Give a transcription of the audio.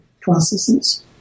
processes